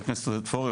עודד פורר,